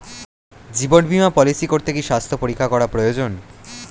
জীবন বীমা পলিসি করতে কি স্বাস্থ্য পরীক্ষা করা প্রয়োজন?